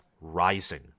rising